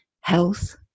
health